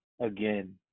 again